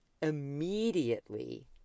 immediately